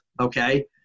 okay